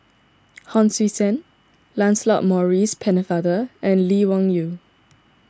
Hon Sui Sen Lancelot Maurice Pennefather and Lee Wung Yew